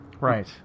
right